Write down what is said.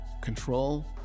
control